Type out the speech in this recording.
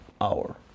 hour